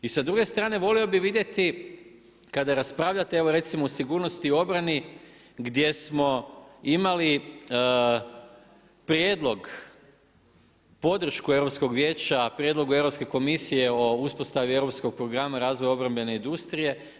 I sa druge strane volio bih vidjeti kada raspravljate, evo recimo o sigurnosti u obrani gdje smo imali prijedlog, podršku Europskog vijeća, prijedlogu Europske komisije o uspostavi europskog programa razvoja obrambene industrije.